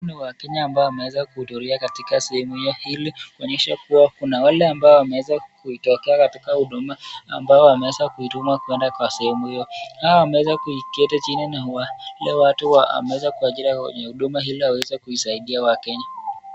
Ni waKenya ambao wameeza kuhuthuria katika sehemu hiyo, hili kuonyesha kuwa kuna wale ambao wameeza kuitokea katika huduma, ambayo wameeza kuituma kwenda kwa sehemu hio, hawa ameeza kuiketi chini na wale watu wa, wameeza kuajiliwa kwa huduma hii ili waweze kuisaidia waKenya.